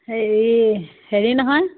হেৰি হেৰি নহয়